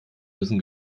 müssen